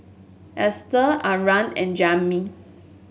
Ester Arah and Jami